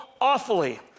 awfully